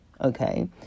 okay